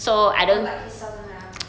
oh tak kisah sangat ah